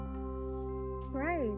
Right